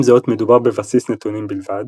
עם זאת, מדובר בבסיס נתונים בלבד,